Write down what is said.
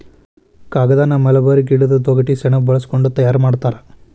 ಕಾಗದಾನ ಮಲ್ಬೇರಿ ಗಿಡದ ತೊಗಟಿ ಸೆಣಬ ಬಳಸಕೊಂಡ ತಯಾರ ಮಾಡ್ತಾರ